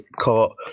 caught